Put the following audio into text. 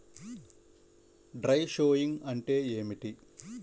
Dry sowing అంటే ఏమిటి?